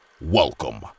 Welcome